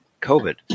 COVID